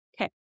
Okay